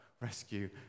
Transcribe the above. rescue